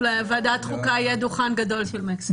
לוועדת חוקה יהיה דוכן גדול של מקסיקו.